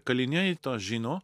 kaliniai tą žino